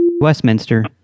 Westminster